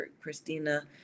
Christina